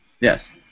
Yes